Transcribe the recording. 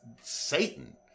Satan